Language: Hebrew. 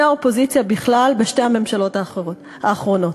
האופוזיציה בכלל בשתי הממשלות האחרונות: